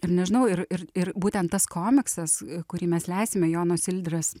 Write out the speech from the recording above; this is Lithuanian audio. ir nežinau ir ir ir būtent tas komiksas kurį mes leisime jono sildrės